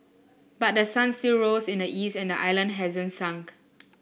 but the sun still rose in the east and the island hasn't sunk